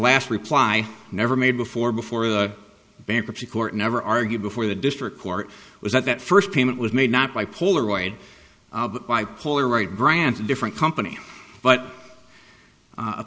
last reply never made before before the bankruptcy court never argued before the district court was that first payment was made not by polaroid by polaroid brands a different company but